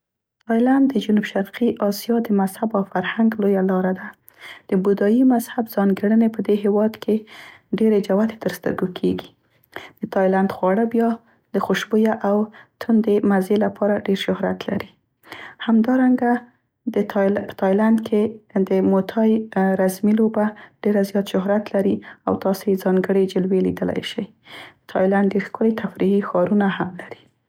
تایلند د جنوب شرقي اسیا د مذهب او فرهنګ لویه لاره ده. د بودایي مذهب ځانګیړنې په دې هیواد کې ډیرې جوتې تر سترګو کیږي. د تایلند خواړه بیا د خوشبویه او تندې مزې لپاره ډیر شهرت لري. همدارنګه په تایلند کې د موتای رزمي لوبه ډیره زیات شهرت لري او تاسو یې ځانګړې جلوې لیدلی شی. تایلند ډير ښکلي تفریحي ښارونه هم لري.